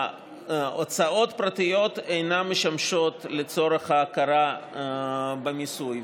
הוצאות פרטיות אינן משמשות לצורך ההכרה במיסוי,